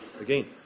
Again